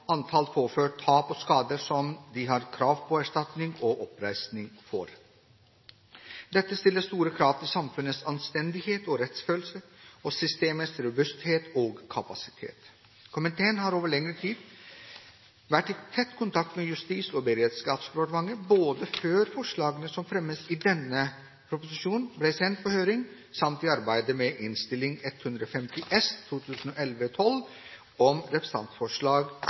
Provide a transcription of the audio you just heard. antall påført tap og skader som de har krav på erstatning og oppreisning for. Dette stiller store krav til samfunnets anstendighet og rettsfølelse og systemets robusthet og kapasitet. Komiteen har over lengre tid vært i tett kontakt med Justis- og beredskapsdepartementet både før forslagene som fremmes i denne proposisjonen, ble sendt på høring, samt i arbeidet med Innst. 150 S for 2011–2012 om representantforslag